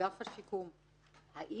אני